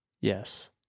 Yes